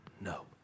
No